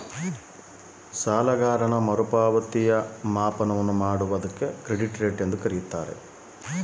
Credit rate ಅಂದರೆ ಏನು?